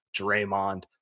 Draymond